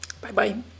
Bye-bye